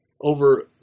over